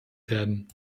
werden